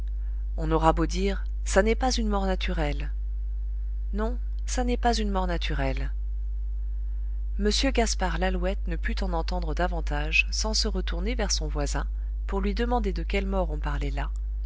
on aura beau dire ça n'est pas une mort naturelle non ça n'est pas une mort naturelle m gaspard lalouette ne put en entendre davantage sans se retourner vers son voisin pour lui demander de quelle mort on parlait là